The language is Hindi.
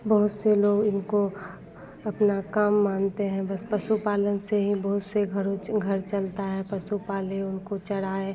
बहुत से लोग उनको अपना काम मानते हैं पशुपालन से ही बहुत से घरों घर चलता है पशु पालें उनको चराएँ